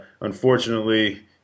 unfortunately